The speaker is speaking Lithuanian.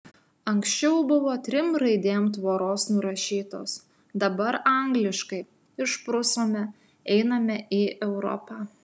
anksčiau buvo trim raidėm tvoros nurašytos dabar angliškai išprusome einame į europą